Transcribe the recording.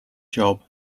job